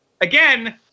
again